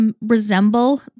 resemble